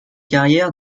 carrière